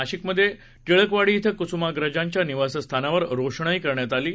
नाशिकमधे टिळकवाडी इथं कुसुमाग्रजांच्या निवासस्थानावर रोषणाई केरण्यात आली आहे